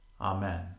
Amen